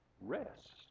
rest